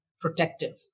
protective